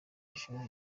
ishuri